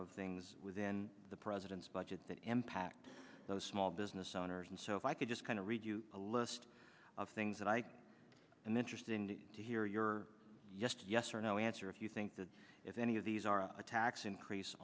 of things within the president's budget that impact those small business owners and so if i could just kind of read you a list of things that i and interesting to hear your yes yes or no answer if you think that if any of these are a tax increase